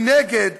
מנגד,